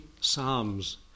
psalms